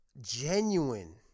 genuine